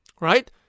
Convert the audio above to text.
right